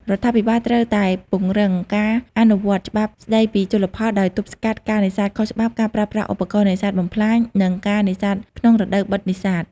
រដ្ឋាភិបាលត្រូវតែពង្រឹងការអនុវត្តច្បាប់ស្ដីពីជលផល ដោយទប់ស្កាត់ការនេសាទខុសច្បាប់ ការប្រើប្រាស់ឧបករណ៍នេសាទបំផ្លាញ និងការនេសាទក្នុងរដូវបិទនេសាទ។